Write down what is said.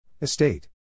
Estate